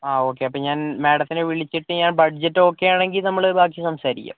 ആ ഓക്കേ അപ്പോൾ ഞാൻ മാഡത്തിനെ വിളിച്ചിട്ട് ഞാൻ ബഡ്ജറ്റ് ഓക്കെയാണെങ്കിൽ നമ്മൾ ബാക്കി സംസാരിക്കാം